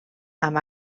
amb